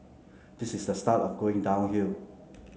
this is the start of going downhill